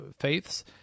faiths